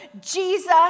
Jesus